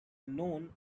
known